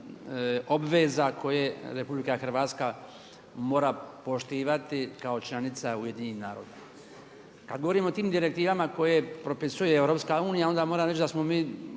obveza koje RH mora poštivati kao članica UN-a. Kada govorimo o tim direktivama koje propisuje EU onda moram reći da smo mi